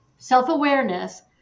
Self-awareness